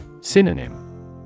Synonym